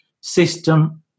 system